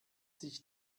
sich